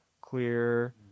clear